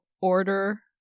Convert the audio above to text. order